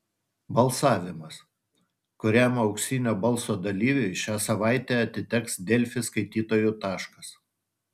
balsavimas kuriam auksinio balso dalyviui šią savaitę atiteks delfi skaitytojų taškas